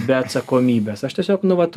be atsakomybės aš tiesiog nu vat